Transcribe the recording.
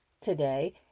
today